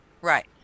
right